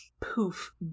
poof